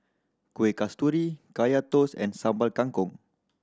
Kueh Kasturi Kaya Toast and Sambal Kangkong